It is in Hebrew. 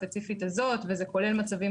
הסטנדרט האירופאי לעניין מזהמים ביולוגיים וכימיים,